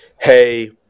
hey